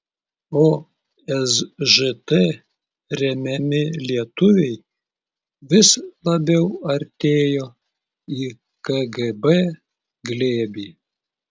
o sžt remiami lietuviai vis labiau artėjo į kgb glėbį